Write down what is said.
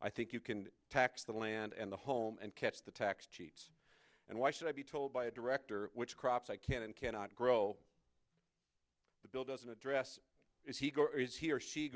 i think you can tax the land and the home and catch the tax cheats and why should i be told by a director which crops i can and cannot grow the bill doesn't address if he is he or she